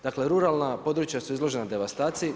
Dakle, ruralna područja su izložena devastaciji.